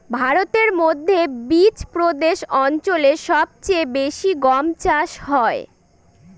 ভারতের মধ্যে বিচপ্রদেশ অঞ্চলে সব চেয়ে বেশি গম চাষ হয়